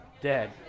Dead